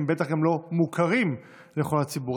הם גם לא מוכרים לכל הציבור,